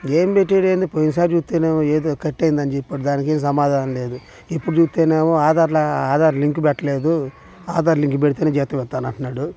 ఏం పెట్టాడో ఏందీ పోయినసారి చూస్తే ఏదో కట్ అయింది అని చెప్పాడు దానికి ఏం సమాధానం లేదు ఇప్పుడు చూస్తేనేమో ఆధార్లో ఆధార్ లింక్ పెట్టలేదు ఆధార్ లింక్ పెడితేనే జీతం ఇస్తా అంటున్నాడు